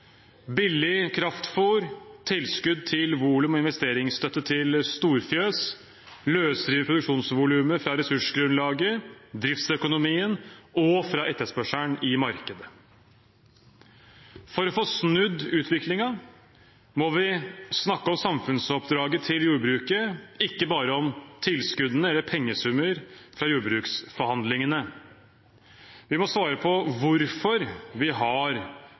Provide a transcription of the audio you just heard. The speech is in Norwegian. Billig kraftfôr, tilskudd til volum og investeringsstøtte til storfjøs løsriver produksjonsvolumet fra ressursgrunnlaget, fra driftsøkonomien og fra etterspørselen i markedet. For å få snudd utviklingen må vi snakke om samfunnsoppdraget til jordbruket, ikke bare om tilskuddene eller pengesummer fra jordbruksforhandlingene. Vi må svare på hvorfor vi har